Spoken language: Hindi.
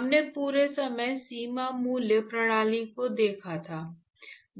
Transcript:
हमने पूरे समय सीमा मूल्य प्रणालियों को देखा था